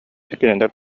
кинилэр